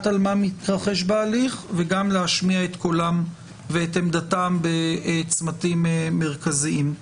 על מה מתרחש בהליך וגם להשמיע את קולם ואת עמדתם בצמתים מרכזיים.